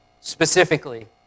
specifically